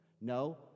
No